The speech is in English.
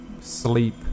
sleep